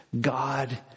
God